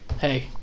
Hey